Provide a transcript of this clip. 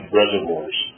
reservoirs